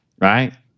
Right